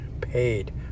paid